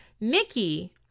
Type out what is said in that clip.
Nikki